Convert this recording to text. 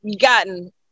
gotten